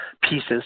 pieces